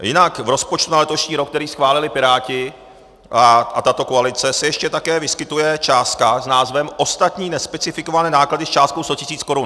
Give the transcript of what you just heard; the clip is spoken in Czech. Jinak v rozpočtu na letošní rok, který schválili Piráti a tato koalice, se ještě také vyskytuje částka s názvem ostatní nespecifikované náklady s částkou 100 tisíc korun.